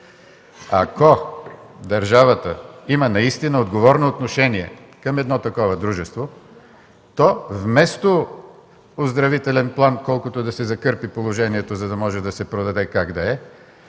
Ако държавата има наистина отговорно отношение към такова дружество, то вместо оздравителен план, колкото да се закърпи положението, за да може да се продаде как да е,